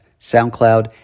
SoundCloud